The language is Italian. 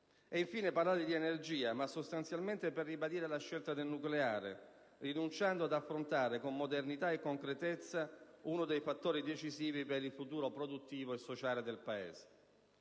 Infine, parlate di energia, ma sostanzialmente per ribadire la scelta del nucleare, rinunciando ad affrontare con modernità e concretezza uno dei fattori decisivi per il futuro produttivo e sociale del Paese.